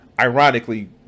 ironically